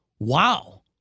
Wow